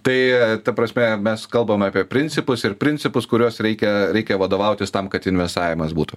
tai ta prasme mes kalbame apie principus ir principus kuriuos reikia reikia vadovautis tam kad investavimas būtų